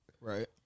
Right